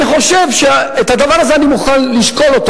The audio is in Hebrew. אני חושב שאת הדבר הזה אני מוכן לשקול,